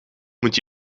moet